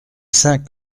cinq